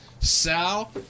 Sal